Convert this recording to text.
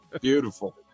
beautiful